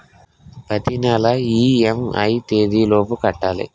ప్రతినెల ఇ.ఎం.ఐ ఎ తేదీ లోపు కట్టాలి?